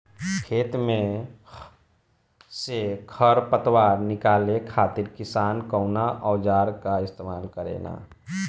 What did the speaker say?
खेत में से खर पतवार निकाले खातिर किसान कउना औजार क इस्तेमाल करे न?